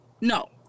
No